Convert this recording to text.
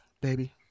Baby